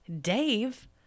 Dave